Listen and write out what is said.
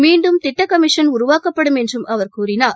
மீண்டும் திட்டகமிஷன் உருவாக்கப்படும் என்றுஅவர் கூறினார்